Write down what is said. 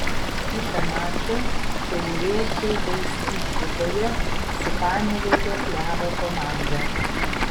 kitą mačą šiauliečiai žais išvykoje su panevėžio klevo komanda